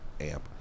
amp